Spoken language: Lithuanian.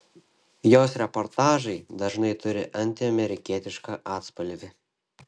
jos reportažai dažnai turi antiamerikietišką atspalvį